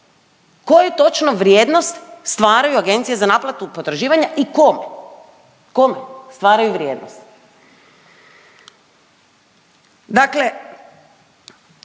koju točno vrijednost stvaraju agencije za naplatu potraživanja i kome, kome stvaraju vrijednost.